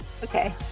okay